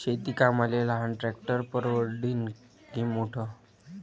शेती कामाले लहान ट्रॅक्टर परवडीनं की मोठं?